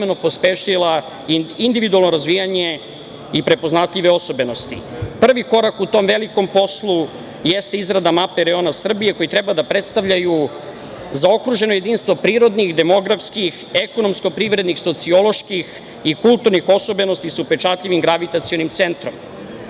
istovremeno pospešila individualno razvijanje i prepoznatljive osobenosti. Prvi korak u tom velikom poslu jeste izrada mape reona Srbije, koji treba da predstavljaju zaokruženo jedinstvo prirodnih, demografskih, ekonomsko-privrednih, socioloških i kulturnih osobenosti sa upečatljivim gravitacionim